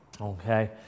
Okay